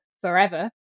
forever